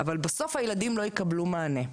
אבל בסוף הילדים לא יקבלו מענה.